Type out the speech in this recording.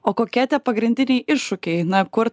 o kokie tie pagrindiniai iššūkiai na kur